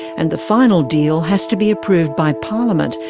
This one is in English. and the final deal has to be approved by parliament,